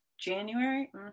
January